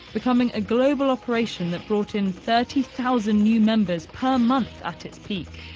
becoming a global operation that brought in thirty thousand new members per month at its peak.